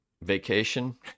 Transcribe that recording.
vacation